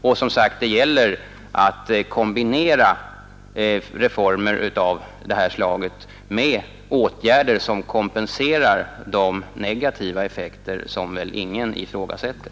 Det gäller alltså att kombinera reformer av detta slag med åtgärder som kompenserar de negativa effekter som väl ingen förnekar.